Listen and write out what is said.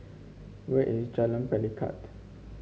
where is Jalan Pelikat